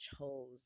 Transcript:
chose